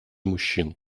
мужчин